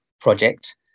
project